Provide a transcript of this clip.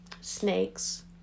Snakes